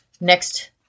next